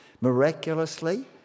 Miraculously